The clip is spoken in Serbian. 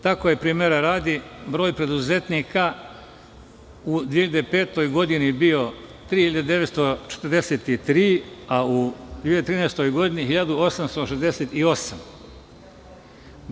Tako je primera radi broj preduzetnika u 2005. godini bio 3.943, a u 2013. godini 1.868.